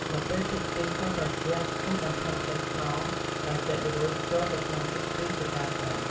នៅពេលទឹកខ្ទិះចុះត្រជាក់ទើបបន្ថែមសាច់ខ្នុរដែលចិតរួចចូលទៅក្នុងទឹកខ្ទិះជាការស្រេច។